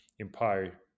Empire